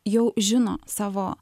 jau žino savo